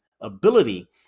ability